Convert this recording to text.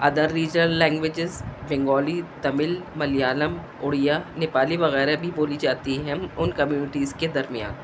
other regional languages Bengali Tamil Malayalam Oriya Nepali وغیرہ بھی بولی جاتی ہے ہم ان کمیونٹیز کے درمیان